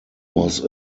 was